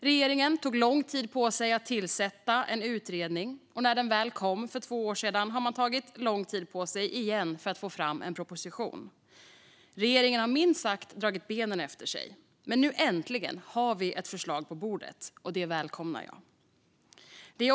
Regeringen tog lång tid på sig att tillsätta en utredning, och när den väl kom för två år sedan tog man återigen lång tid på sig att få fram en proposition. Regeringen har minst sagt dragit benen efter sig. Men nu äntligen har vi ett förslag på bordet, och det välkomnar jag.